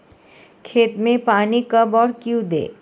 खेत में पानी कब और क्यों दें?